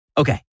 Okay